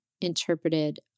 interpreted